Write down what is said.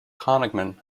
cognomen